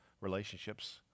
relationships